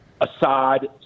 Assad